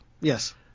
Yes